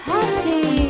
Happy